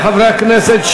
מחברי הכנסת,